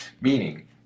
Meaning